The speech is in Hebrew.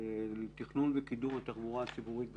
של קידום ותכנון התחבורה הציבורית בכלל,